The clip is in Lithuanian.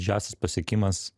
didžiausias pasiekimas